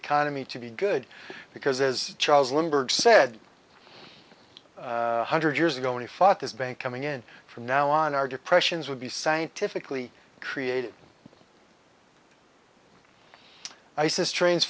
economy to be good because as charles lindbergh's said one hundred years ago when he fought his bank coming in from now on our depressions would be scientifically created isis trains